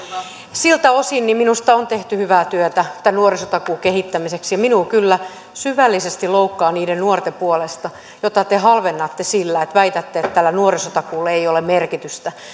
siltä osin minusta on tehty hyvää työtä tämän nuorisotakuun kehittämiseksi ja minua kyllä syvällisesti loukkaa niiden nuorten puolesta joita te halvennatte sillä että väitätte että tällä nuorisotakuulla ei ole merkitystä